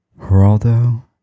Geraldo